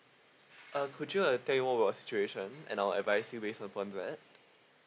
uh could you uh tell me more about your situation and I will advise you with upon that